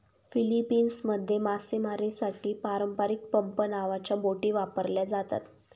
फिलीपिन्समध्ये मासेमारीसाठी पारंपारिक पंप नावाच्या बोटी वापरल्या जातात